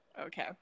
Okay